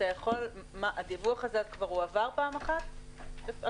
הדיווח כבר הועבר פעם אחת?